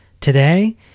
Today